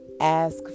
ask